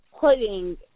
putting